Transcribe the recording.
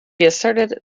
asserted